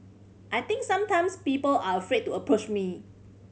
I think sometimes people are afraid to approach me